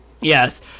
Yes